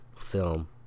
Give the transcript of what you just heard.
film